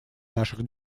наших